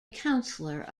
councillor